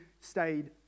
stayed